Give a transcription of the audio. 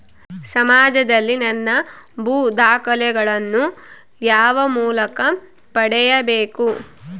ಸಮಾಜದಲ್ಲಿ ನನ್ನ ಭೂ ದಾಖಲೆಗಳನ್ನು ಯಾವ ಮೂಲಕ ಪಡೆಯಬೇಕು?